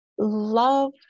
love